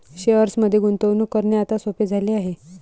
शेअर्समध्ये गुंतवणूक करणे आता सोपे झाले आहे